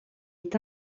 est